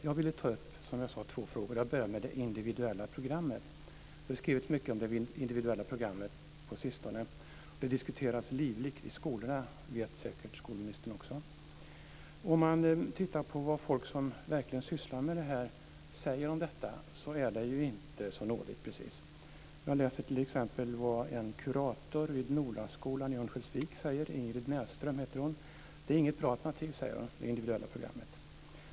Jag vill ta upp två frågor, som jag sade, och jag börjar med det individuella programmet. Det har skrivits mycket om det individuella programmet på sistone, och det diskuteras livligt i skolorna - det vet säkert skolministern också. Om man tittar på vad folk som verkligen sysslar med det här säger om detta är det inte så nådigt. Jag läser t.ex. vad en kurator vid Nolaskolan i Örnsköldsvik, Ingrid Näsström, säger: Det individuella programmet är inget bra alternativ.